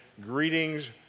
greetings